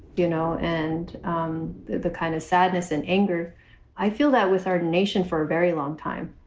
you know, and the kind of sadness and anger i feel that with our nation for a very long time,